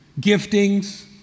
giftings